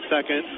second